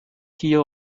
here